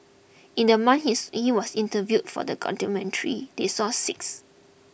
in the month he's he was interviewed for the documentary they saw six